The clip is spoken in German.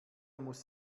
muss